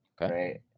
right